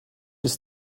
ist